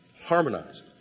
harmonized